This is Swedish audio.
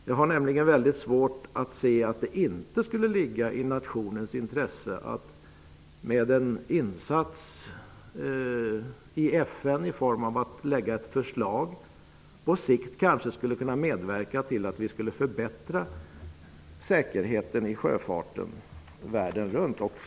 Jag har nämligen svårt att inse att det inte ligger i nationens intresse att göra den insatsen att lägga fram ett förslag för FN som på sikt skulle kunna medverka till att förbättra säkerheten i sjöfarten världen runt.